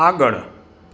આગળ